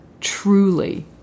truly